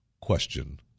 question